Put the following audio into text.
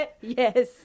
Yes